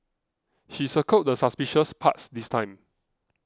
she circled the suspicious parts this time